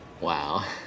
Wow